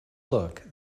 look